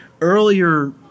earlier